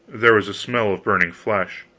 there was a smell of burning flesh.